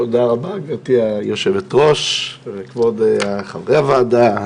תודה רבה גבירתי היו"ר וכבוד חברי הוועדה,